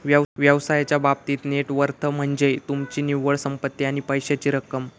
व्यवसायाच्या बाबतीत net worth म्हनज्ये तुमची निव्वळ संपत्ती आणि पैशाची रक्कम